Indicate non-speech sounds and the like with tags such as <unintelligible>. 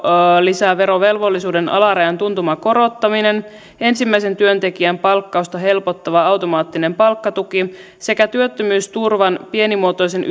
arvonlisäverovelvollisuuden alarajan tuntuva korottaminen ensimmäisen työntekijän palkkausta helpottava automaattinen palkkatuki sekä työttömyysturvan pienimuotoisen <unintelligible>